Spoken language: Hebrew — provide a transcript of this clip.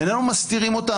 איננו מסתירים אותה.